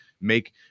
make